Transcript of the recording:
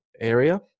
area